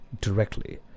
directly